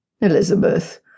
Elizabeth